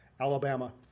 Alabama